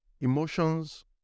emotions